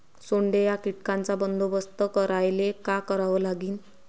सोंडे या कीटकांचा बंदोबस्त करायले का करावं लागीन?